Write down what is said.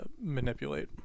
manipulate